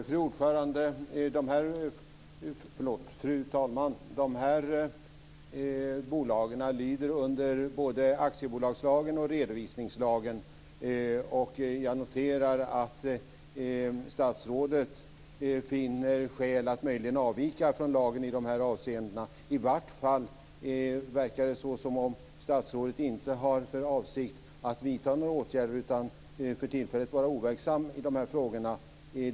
Fru talman! Dessa bolag lyder under både aktiebolagslagen och redovisningslagen. Jag noterar att statsrådet finner skäl att avvika från lagen i dessa avseenden. I vart fall verkar det som att statsrådet inte har för avsikt att vidta några åtgärder utan för tillfället vara overksam i dessa frågor.